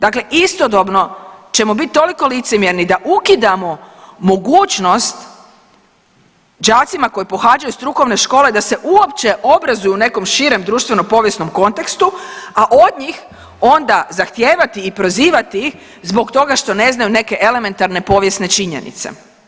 Dakle, istodobno ćemo biti toliko licemjerni da ukidamo mogućnost đacima koji pohađaju strukovne škole da se uopće obrazuju u nekom širem društveno povijesnom kontekstu, a od njih onda zahtijevati i prozivati zbog toga što ne znaju neke elementarne povijesne činjenice.